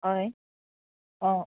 হয় অঁ